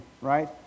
right